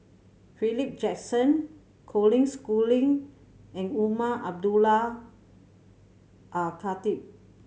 Philip Jackson Colin Schooling and Umar Abdullah Al Khatib